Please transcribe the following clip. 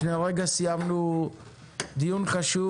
לפני רגע סיימנו דיון חשוב